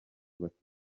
bafite